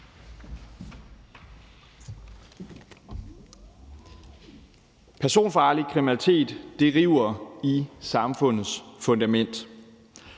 Personfarlig kriminalitet river i samfundets fundament.